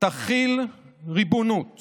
תחיל ריבונות